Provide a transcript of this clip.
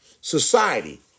society